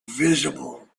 visible